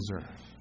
deserve